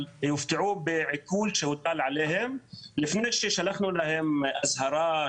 אבל שלא יופתעו מעיקול שהוטל עליהם לפני ששלחנו להם אזהרה,